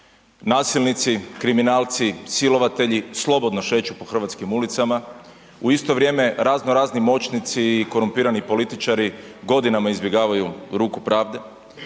nasilnici, kriminalci, silovatelji, slobodno šeću po hrvatskim ulicama, u isto vrijeme razno, razni moćnici i korumpirani političari godinama izbjegavaju ruku pravde,